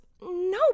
no